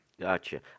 Gotcha